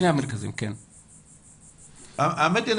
האמת היא,